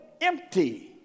empty